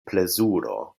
plezuro